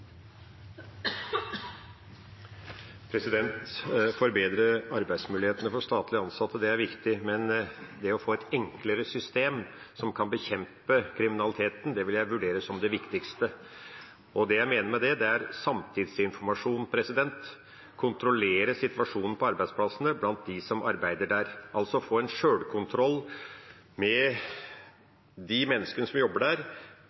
viktig, men det å få et enklere system som kan bekjempe kriminaliteten, vil jeg vurdere som det viktigste. Det jeg mener med det, er sanntidsinformasjon – å kontrollere situasjonen på arbeidsplassene blant dem som arbeider der, altså å få en egenkontroll med de menneskene som jobber der,